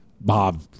bob